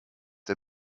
der